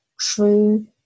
true